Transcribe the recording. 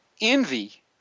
envy